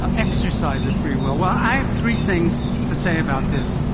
ah exercise of free will. i have three things to say about this.